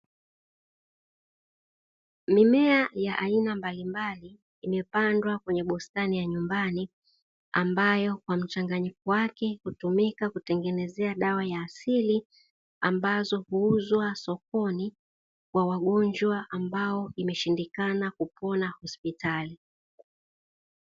Mimea ya aina mbalimbali, imepandwa kwenye bustani ya nyumbani ambayo kwa mchanganyiko wake hutumika kutengenezea dawa ya asili, ambazo huuzwa sokoni kwa wagonjwa ambao imeshindikana kupona hospitali.